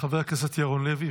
חבר הכנסת ירון לוי,